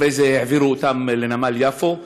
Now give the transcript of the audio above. אחרי זה העבירו אותם לנמל יפו,